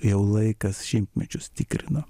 jau laikas šimtmečius tikrino